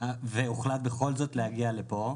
נדונה בוועדת הכנסת, הוחלט בכל זאת להגיע לפה.